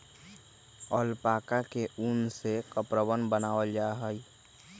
alpaca के उन से कपड़वन बनावाल जा हई